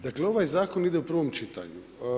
Dakle, ovaj zakon ide u prvom čitanju.